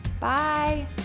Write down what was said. Bye